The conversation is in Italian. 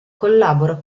collabora